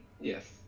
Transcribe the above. Yes